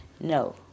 No